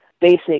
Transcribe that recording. basic